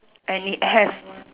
and it has